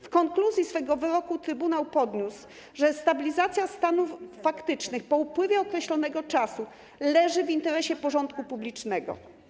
W konkluzji swego wyroku Trybunał podniósł, że stabilizacja stanów faktycznych, po upływie określonego czasu, leży w interesie porządku publicznego.